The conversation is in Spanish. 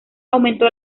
aumentó